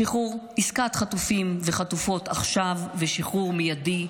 שחרור, עסקת חטופים וחטופות עכשיו ושחרור מיידי,